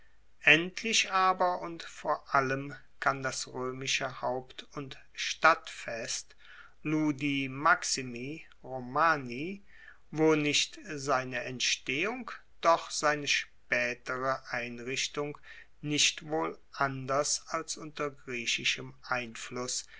endlich aber und vor allem kann das roemische haupt und stadtfest ludi maximi romani wo nicht seine entstehung doch seine spaetere einrichtung nicht wohl anders als unter griechischem einfluss